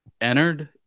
entered